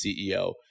CEO